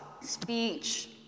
speech